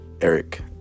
Eric